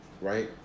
Right